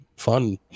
Fun